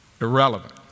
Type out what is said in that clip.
Irrelevant